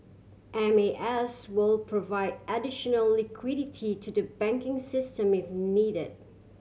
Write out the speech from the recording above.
M A S will provide additional liquidity to the banking system if needed